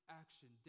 action